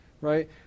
right